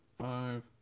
five